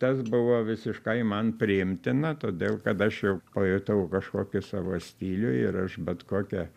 tas buvo visiškai man priimtina todėl kad aš jau pajutau kažkokį savo stilių ir aš bet kokią